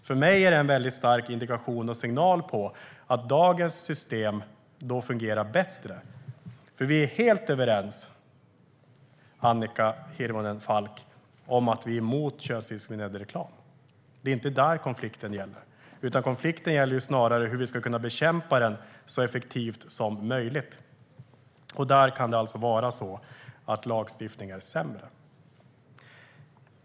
För mig är det en väldigt stark indikation och signal på att dagens system fungerar bättre. Vi är emot könsdiskriminerande reklam. Där är vi helt överens, Annika Hirvonen Falk. Det är inte det konflikten gäller. Konflikten gäller snarare hur vi ska kunna bekämpa den så effektivt som möjligt. Där kan det alltså vara så att lagstiftning är sämre.